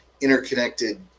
interconnected